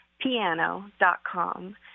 piano.com